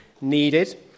needed